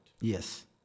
Yes